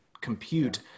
compute